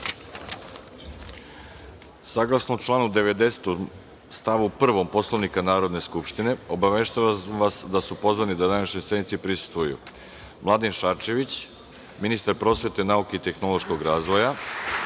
članu 90. stavu 1. Poslovnika Narodne skupštine, obaveštavam vas da su pozvani da današnjoj sednici prisustvuju: Mladen Šarčević, ministar prosvete, nauke i tehnološkog razvoja,